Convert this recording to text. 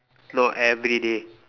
not everyday